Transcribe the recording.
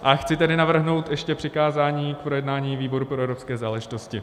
A chci tedy navrhnout ještě přikázání k projednání výboru pro evropské záležitosti.